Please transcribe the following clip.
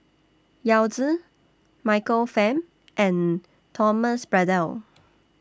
Yao Zi Michael Fam and Thomas Braddell